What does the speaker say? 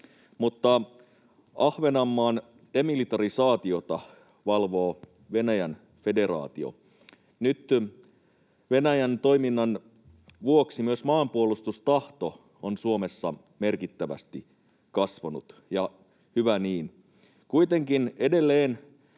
mutta Ahvenanmaan demilitarisaatiota valvoo Venäjän federaatio. Nyt Venäjän toiminnan vuoksi myös maanpuolustustahto on Suomessa merkittävästi kasvanut, ja hyvä niin.